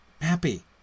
happy